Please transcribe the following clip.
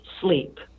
sleep